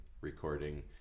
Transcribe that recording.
recording